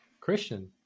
Christian